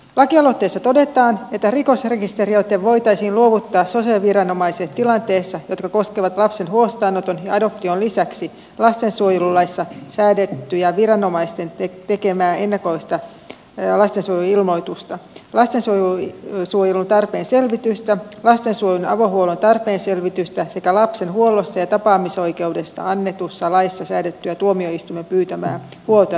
lakialoitteessa todetaan että rikosrekisteriote voitaisiin luovuttaa sosiaaliviranomaisille tilanteissa jotka koskevat lapsen huostaanoton ja adoption lisäksi lastensuojelulaissa säädettyä viranomaisten tekemää ennakollista täällä sisu ilmoitusta tästä se lastensuojeluilmoitusta lastensuojelun tarpeen selvitystä lastensuojelun avohuollon tarpeen selvitystä sekä lapsen huollosta ja tapaamisoikeudesta annetussa laissa säädettyä tuomioistuimen pyytämää huolto ja tapaamisselvitystä